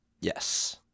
Yes